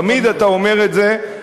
תמיד אתה אומר את זה,